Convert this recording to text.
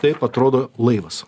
taip atrodo laivas